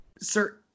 sir